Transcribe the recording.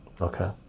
Okay